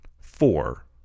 four